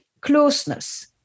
closeness